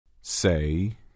Say